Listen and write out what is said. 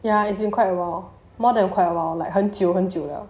ya it's been quite a while more than quite awhile like 很久很久了